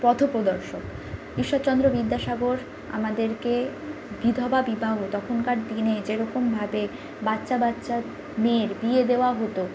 পথ প্রদর্শক ঈশ্বরচন্দ্র বিদ্যাসাগর আমাদেরকে বিধবা বিবাহ তখনকার দিনে যেরকমভাবে বাচ্চা বাচ্চা মেয়ের বিয়ে দেওয়া হতো